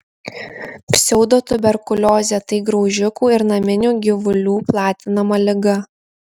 pseudotuberkuliozė tai graužikų ir naminių gyvulių platinama liga